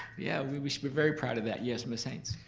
yeah, we we should be very proud of that. yes, ms. haynes?